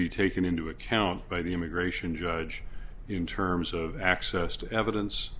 be taken into account by the immigration judge in terms of access to evidence